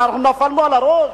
אנחנו נפלנו על הראש?